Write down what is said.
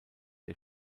der